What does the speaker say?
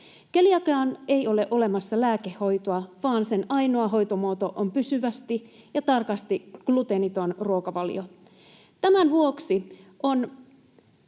Keliakiaan ei ole olemassa lääkehoitoa, vaan sen ainoa hoitomuoto on pysyvästi ja tarkasti gluteeniton ruokavalio. Tämän vuoksi on